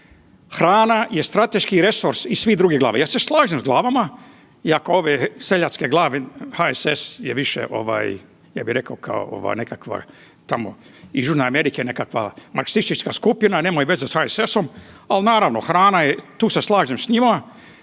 hrana je strateški resor i svi druge glave. Ja se slažem s glavama iako ove seljačke glave HSS je više ja bih rekao kao nekakva iz Južne Amerike nekakva marksistička skupina, nemaju veze sa HSS-om, ali naravno hrana i tu se slažem s njima